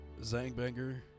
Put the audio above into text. Zangbanger